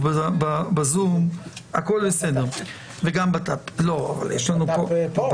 המשפטים בזום, ומשרד הבריאות איתנו פה.